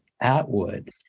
Atwood